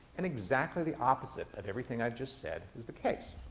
and exactly the opposite of everything i've just said is the case.